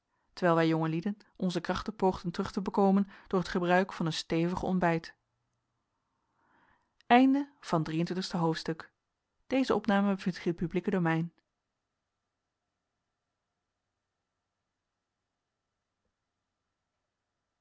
terwijl wij jonge lieden onze krachten poogden terug te bekomen door het gebruik van een stevig ontbijt vier-en-twintigste hoofdstuk